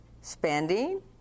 spending